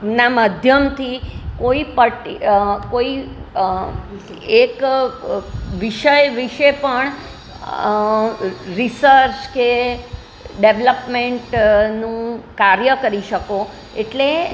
ના માધ્યમથી કોઈ પર્ટી કોઈ એક વિષય વિષે પણ રિસર્ચ કે ડેવલપમેન્ટનું કાર્ય કરી શકો એટલે